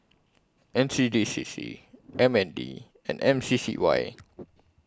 N C D C C M N D and M C C Y